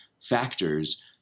factors